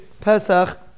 Pesach